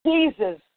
Jesus